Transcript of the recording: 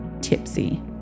tipsy